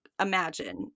imagine